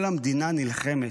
כל המדינה נלחמת.